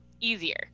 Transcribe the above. easier